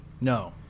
No